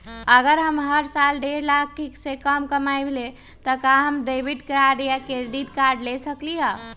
अगर हम हर साल डेढ़ लाख से कम कमावईले त का हम डेबिट कार्ड या क्रेडिट कार्ड ले सकली ह?